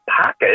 pocket